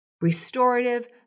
restorative